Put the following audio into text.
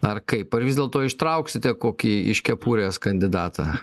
ar kaip ar vis dėlto ištrauksite kokį iš kepurės kandidatą